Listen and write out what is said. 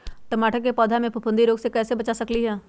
टमाटर के पौधा के फफूंदी रोग से कैसे बचा सकलियै ह?